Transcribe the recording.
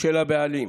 של הבעלים.